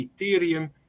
ethereum